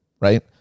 right